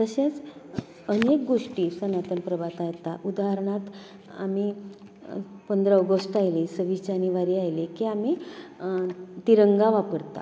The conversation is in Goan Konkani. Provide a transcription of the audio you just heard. तशेंच अनेक गोश्टी सनातन प्रभातान येता उदारणात आमी पंदरा ऑगस्ट आयली सव्वीस जानेवारी आयली की आमी तिरंगा वापरतात